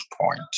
point